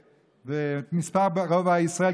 ו"מספר את רבע ישראל",